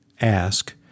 ask